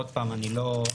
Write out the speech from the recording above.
עוד פעם, אני לא מטופל,